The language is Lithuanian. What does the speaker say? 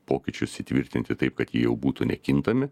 pokyčius įtvirtinti taip kad jie jau būtų nekintami